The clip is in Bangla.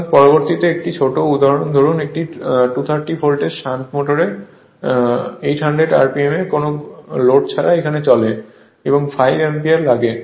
সুতরাং পরবর্তী একটি ছোট উদাহরণ ধরুন একটি 230 ভোল্টের শান্ট মোটর 800 rpm এ কোন লোড ছাড়াই চলে এবং 5 অ্যাম্পিয়ার লাগে